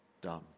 done